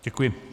Děkuji.